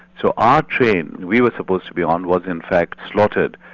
so our train we were supposed to be on, was in fact slaughtered,